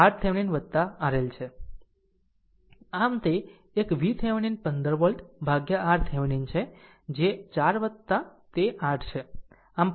આમ તે એક VThevenin 15 વોલ્ટ ભાગ્યા RThevenin છે જે 4 તે 8 છે